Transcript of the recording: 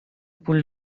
پول